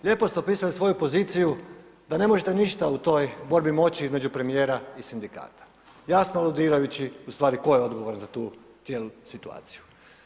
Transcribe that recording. Lijepo ste opisali svoju poziciju da ne možete ništa u toj borbi moći između premijera i sindikata, jasno aludirajući ustvari tko je odgovoran za tu cijelu situaciju.